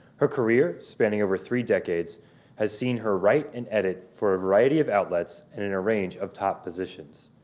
her career spanning over three decades has seen her write and edit for a variety of outlets and in a range of top positions.